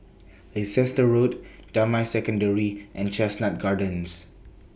Leicester Road Damai Secondary and Chestnut Gardens